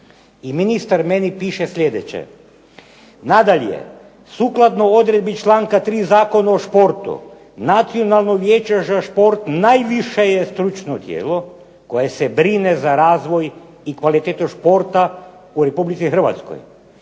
I ministar piše meni sljedeće: "Nadalje, sukladno odredbi članka 3. Zakona o športu Nacionalno vijeće za šport najviše je stručno tijelo koje se brine za razvoj i kvalitetu športa u Republici Hrvatskoj,